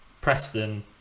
Preston